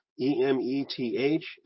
E-M-E-T-H